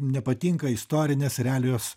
nepatinka istorinės realijos